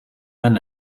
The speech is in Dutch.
met